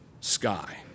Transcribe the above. sky